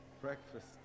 Breakfast